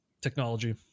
technology